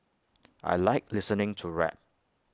I Like listening to rap